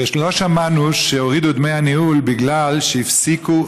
ולא שמענו שהורידו את דמי הניהול בגלל שהפסיקו,